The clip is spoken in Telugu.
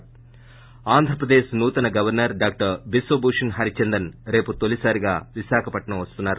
ి ఆంధ్రప్రదేశ్ నూతన గవర్సర్ డాక్టర్ బిశ్వభూషన్ హరిచందన్ రేపు తొలిసారిగా విశాఖపట్నం వస్తున్నారు